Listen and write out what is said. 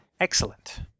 Excellent